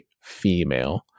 female